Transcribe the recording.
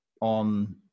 on